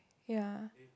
ya